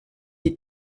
est